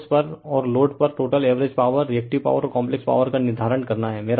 source पर और load पर total average power reactive power और काम्प्लेक्स पॉवर का निर्धारण करना है